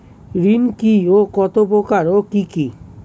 ঋণ কি ও কত প্রকার ও কি কি?